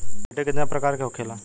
मिट्टी कितना प्रकार के होखेला?